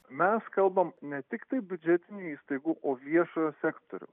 mes kalbam ne tiktai biudžetinių įstaigų o viešojo sektoriaus